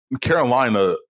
Carolina